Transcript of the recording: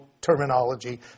terminology